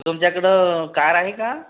तुमच्याकडं कार आहे का